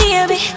Baby